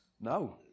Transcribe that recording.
No